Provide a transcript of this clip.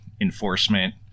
enforcement